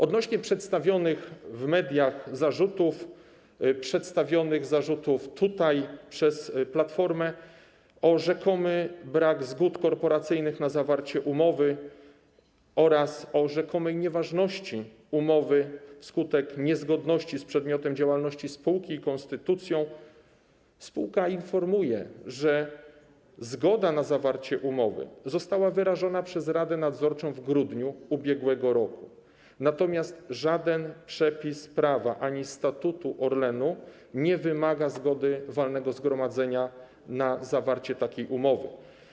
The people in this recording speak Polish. Odnośnie do przedstawionych w mediach zarzutów, zarzutów przedstawionych tutaj przez Platformę, dotyczących rzekomego braku zgód korporacyjnych na zawarcie umowy oraz rzekomej nieważności umowy wskutek niezgodności z przedmiotem działalności spółki, z konstytucją, spółka informuje, że zgoda na zawarcie umowy została wyrażona przez radę nadzorczą w grudniu ub.r., natomiast żadne przepisy prawa ani statutu Orlenu nie wymagają zgody walnego zgromadzenia na zawarcie takiej umowy.